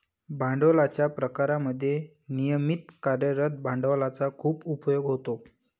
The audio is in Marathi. भांडवलाच्या प्रकारांमध्ये नियमित कार्यरत भांडवलाचा खूप उपयोग होतो